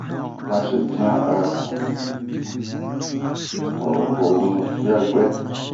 Marsi pian a a ho urumu hiabuɛ.